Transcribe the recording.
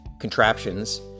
contraptions